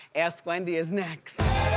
ask wendy is next.